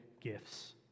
gifts